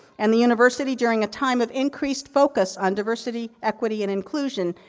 and the university, during a time of increased focus on diversity, equity, and inclusion.